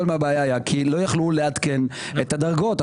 מהבעיה היא כי לא יכלו לעדכן את הדרגות.